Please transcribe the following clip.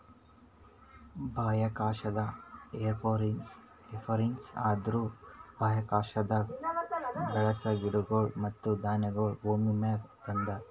ಬಾಹ್ಯಾಕಾಶದಾಗ್ ಏರೋಪೋನಿಕ್ಸ್ ಅಂದುರ್ ಬಾಹ್ಯಾಕಾಶದಾಗ್ ಬೆಳಸ ಗಿಡಗೊಳ್ ಮತ್ತ ಧಾನ್ಯಗೊಳ್ ಭೂಮಿಮ್ಯಾಗ ತಂದಾರ್